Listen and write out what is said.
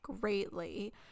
greatly